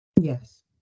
Yes